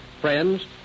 Friends